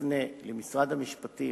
שתפנה למשרד המשפטים,